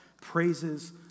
praises